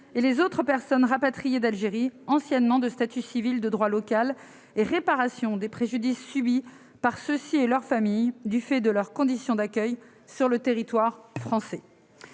et les autres personnes rapatriées d'Algérie anciennement de statut civil de droit local et réparation des préjudices subis par ceux-ci et leurs familles du fait de leurs conditions d'accueil sur le territoire français